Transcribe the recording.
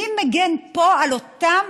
מי מגן פה על אותם